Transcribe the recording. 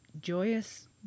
joyous